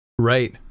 Right